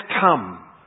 come